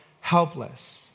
helpless